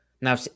now